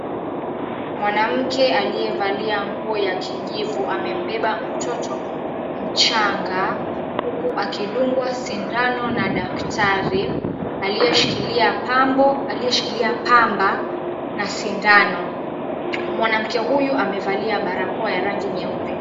Mwanamke aliyevalia nguo ya kijivu amembeba mtoto mchanga, huku akidungwa sindano na dakatari, aliyeshikilia pambo aliyeshikilia pamba na sindano. Mwanamke huyu amevalia barakoa ya rangi nyeupe.